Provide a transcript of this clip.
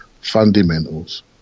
fundamentals